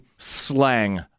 slang